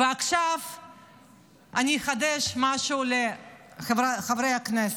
עכשיו אני אחדש משהו לחברי הכנסת: